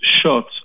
shot